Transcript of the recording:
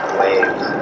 waves